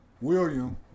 William